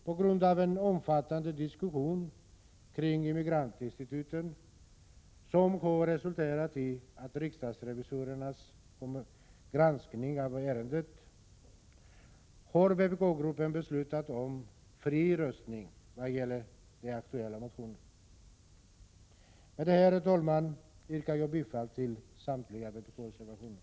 På grund av en omfattande diskussion om Immigrantinstitutet, som resulterat i riksdagsrevisorernas granskning av ärendet, har vpk-gruppen beslutat om fri röstning vad gäller de aktuella motionerna. Med detta, herr talman, yrkar jag bifall till samtliga vpk-motioner.